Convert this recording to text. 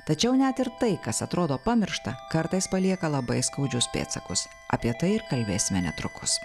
tačiau net ir tai kas atrodo pamiršta kartais palieka labai skaudžius pėdsakus apie tai ir kalbėsime netrukus